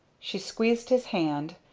she squeezed his hand,